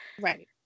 right